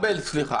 בסדר.